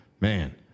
man